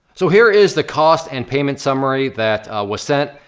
so here is the cost and payment summary that was sent,